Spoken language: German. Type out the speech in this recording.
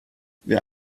wer